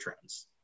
trends